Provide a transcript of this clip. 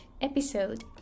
episode